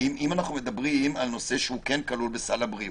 אם אנחנו מדברים על נושא שכן כלול בסל הבריאות,